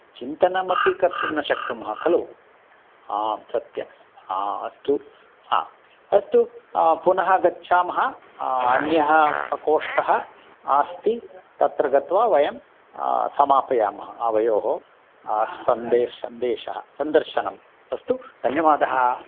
चिन्तनमपि कर्तुं न शक्नुमः खलु आं सत्यं हा अस्तु हा अस्तु पुनः गच्छामः अन्यः प्रकोष्ठः अस्ति तत्र गत्वा वयं समापयामः आवयोः सन्देशः सन्देशः संदर्शनम् अस्तु धन्यवादः